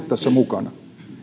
tässä mukana